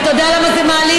אתה יודע למה זה מעליב?